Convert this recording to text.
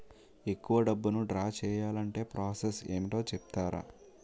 ఎక్కువ డబ్బును ద్రా చేయాలి అంటే ప్రాస సస్ ఏమిటో చెప్తారా?